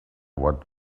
what